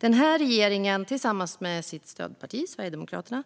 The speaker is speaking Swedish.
Den här regeringen har tillsammans med sitt stödparti Sverigedemokraterna